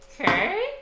Okay